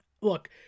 look